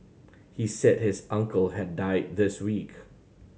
he said his uncle had died this week